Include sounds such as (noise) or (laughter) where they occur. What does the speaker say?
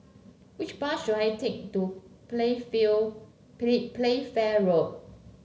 which bus should I take to (unintelligible) Playfair Road